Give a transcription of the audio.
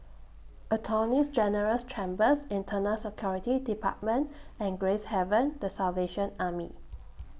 Attorneys General's Chambers Internal Security department and Gracehaven The Salvation Army